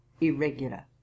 irregular